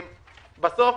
בסוף,